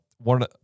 one